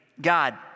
God